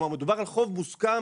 כלומר מדובר על חוב מוסכם